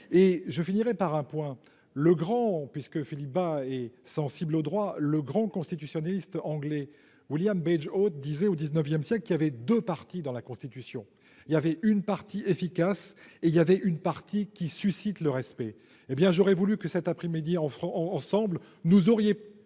je finirai par un point le grand puisque Philippe Bas est sensible au droit : le grand constitutionnaliste anglais William autre disait au XIXe siècle, qui avait deux partie dans la constitution, il y avait une partie efficace et il y avait une partie qui suscite le respect, hé bien j'aurais voulu que cet après-midi en francs, ensemble nous auriez